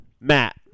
Matt